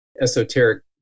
esoteric